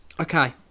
okay